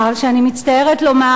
שאני מצטערת לומר,